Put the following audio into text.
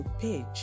page